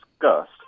discussed